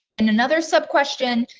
and another sub question,